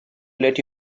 let